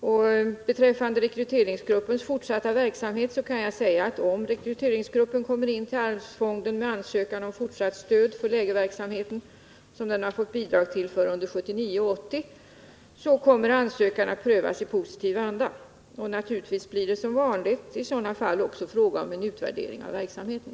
Vad beträffar rekryteringsgruppens fortsatta verksamhet kan jag säga att om rekryteringsgruppen kommer in till arvsfonden med en ansökan om fortsatt stöd för lägerverksamheten, som den fått bidrag till för 1979 och 1980, så kommer ansökan att prövas i positiv anda. Naturligtvis blir det som vanligt i sådana fall också fråga om en utvärdering av verksamheten.